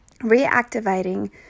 reactivating